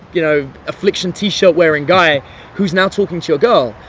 you know, affliction t-shirt wearing guy whois now talking to your girl.